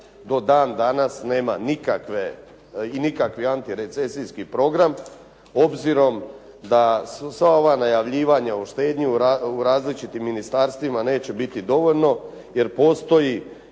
do dan danas nema nikakve i nikakvi antirecesijski program, obzirom da sva ova najavljivanja o štednji u različitim ministarstvima neće biti dovoljno jer postoji